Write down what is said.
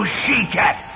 she-cat